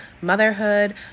motherhood